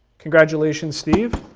congratulations, steve,